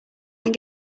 then